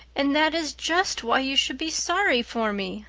and that is just why you should be sorry for me,